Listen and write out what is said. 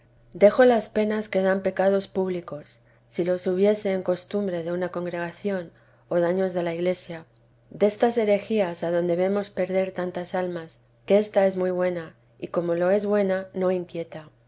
dejo las penas que dan pecados públicos si los hubiese en costumbre de una congregación o daños de la iglesia destas herejías adonde vemos perder tantas almas que ésta es muy buena y como lo es buena no inquieta